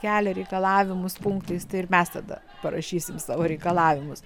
kelia reikalavimus punktais tai ir mes tada parašysime savo reikalavimus